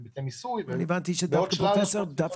בהיבטי מיסוי --- אני הבנתי שפרופסור שמחון